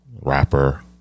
rapper